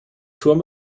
turm